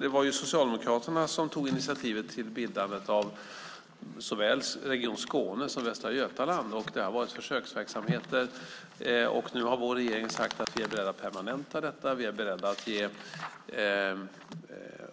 Det var ju Socialdemokraterna som tog initiativet till bildandet av såväl Region Skåne som Västra Götalandsregionen. Det har varit försöksverksamheter, och nu har vi i regeringen sagt att vi är beredda att permanenta detta. Vi är beredda att ge